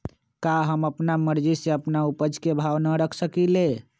का हम अपना मर्जी से अपना उपज के भाव न रख सकींले?